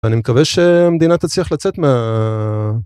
אני מקווה שהמדינה תצליח לצאת מה...